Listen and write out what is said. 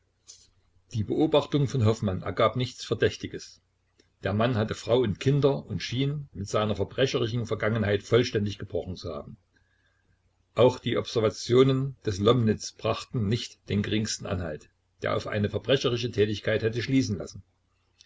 die beobachtung von hoffmann ergab nichts verdächtiges der mann hatte frau und kinder und schien mit seiner verbrecherischen vergangenheit vollständig gebrochen zu haben auch die observationen des lomnitz brachten nicht den geringsten anhalt der auf eine verbrecherische tätigkeit hätte schließen lassen